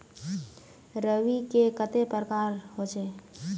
रवि के कते प्रकार होचे?